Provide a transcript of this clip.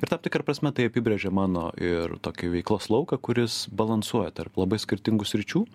ir tam tikra prasme tai apibrėžia mano ir tokį veiklos lauką kuris balansuoja tarp labai skirtingų sričių